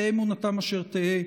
תהא אמונתם אשר תהא,